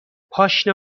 پاشنه